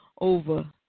Over